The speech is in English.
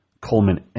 Coleman